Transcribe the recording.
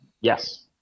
Yes